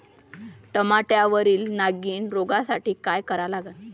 टमाट्यावरील नागीण रोगसाठी काय करा लागन?